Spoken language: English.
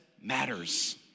matters